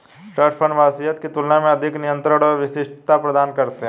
trust fund वसीयत की तुलना में अधिक नियंत्रण और विशिष्टता प्रदान करते हैं